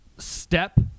Step